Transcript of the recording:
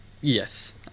Yes